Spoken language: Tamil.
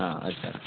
ஆ வச்சிறேன்